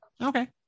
okay